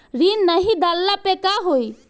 ऋण नही दहला पर का होइ?